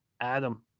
Adam